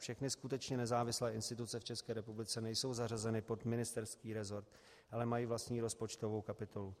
Všechny skutečně nezávislé instituce v České republice nejsou zařazeny pod ministerský resort, ale mají vlastní rozpočtovou kapitolu.